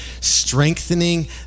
strengthening